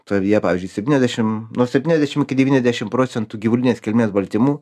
savyje pavyzdžiui septyniasdešim nuo septyniasdešim iki devyniasdešim procentų gyvulinės kilmės baltymų